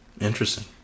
Interesting